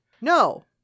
No